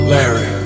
Larry